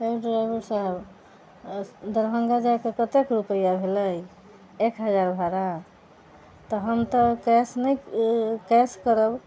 यौ ड्राइभर साहब दरभङ्गा जाइके कत्तेक रुपैाआ भेलै एक हजार भाड़ा तऽ हम तऽ कैश नहि कैश करब